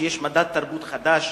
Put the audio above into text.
שיש מדד תרבות חדש,